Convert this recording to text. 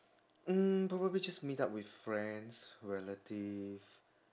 mm probably just meet up with friends relatives